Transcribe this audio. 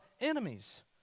enemies